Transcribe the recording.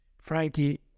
frankie